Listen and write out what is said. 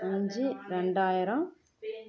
அஞ்சு ரெண்டாயிரம்